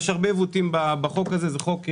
יש הרבה עיוותים בחוק הזה, זה חוק רע,